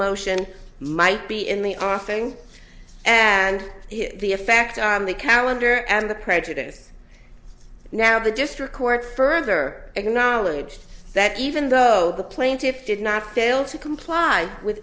motion might be in the offing and the fact of the calendar and the prejudice now the district court further acknowledged that even though the plaintiffs did not fail to comply with